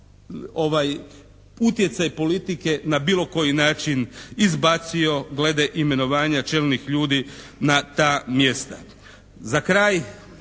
ovaj utjecaj politike na bilo koji način izbacio glede imenovanja čelnih ljudi na ta mjesta. Za kraj